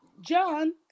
John